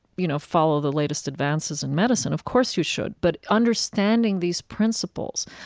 you know, follow the latest advances in medicine. of course you should. but understanding these principles,